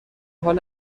حال